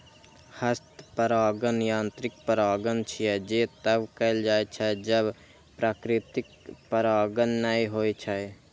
हस्त परागण यांत्रिक परागण छियै, जे तब कैल जाइ छै, जब प्राकृतिक परागण नै होइ छै